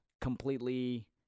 completely